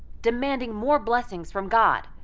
demanding more blessings from god.